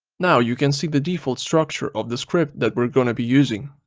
now you can see the default structure of the script that we're gonna be using.